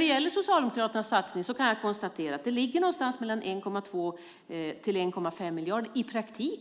Beträffande Socialdemokraternas satsning kan jag konstatera att den i praktiken ligger någonstans mellan 1,2 och 1,5 miljarder